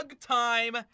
time